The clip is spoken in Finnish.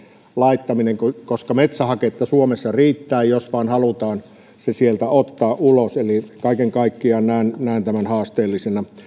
laittaminen koska metsähaketta suomessa riittää jos vaan halutaan se sieltä ottaa ulos eli kaiken kaikkiaan näen näen tämän haasteellisena